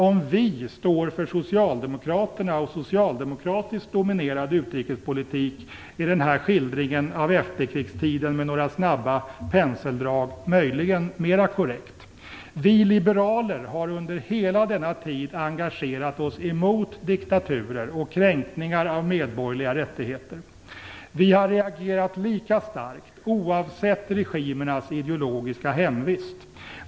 Om "vi" står för Socialdemokraterna och socialdemokratiskt dominerad utrikespolitik, är denna skildring av efterkrigstiden med några snabba penseldrag möjligen mera korrekt. Vi liberaler har under hela denna tid engagerat oss emot diktaturer och kränkningar av medborgerliga rättigheter. Vi har reagerat lika starkt, oavsett regimernas ideologiska hemvist.